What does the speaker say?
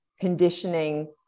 conditioning